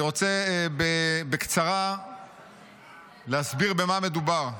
אני רוצה להסביר בקצרה במה מדובר.